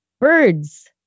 birds